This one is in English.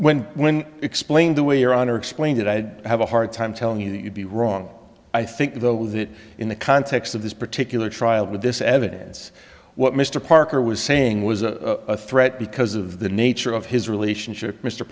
when when explained the way your honor explained it i'd have a hard time telling you that you'd be wrong i think though that in the context of this particular trial with this evidence what mr parker was saying was a threat because of the nature of his relationship mr